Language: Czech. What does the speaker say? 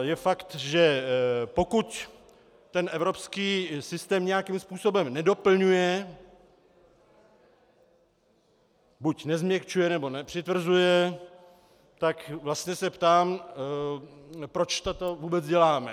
Je fakt, že pokud evropský systém nějakým způsobem nedoplňuje buď nezměkčuje, nebo nepřitvrzuje tak vlastně se ptám, proč toto vůbec děláme.